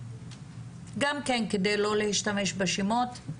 גם כן כדי לא להשתמש בשמות,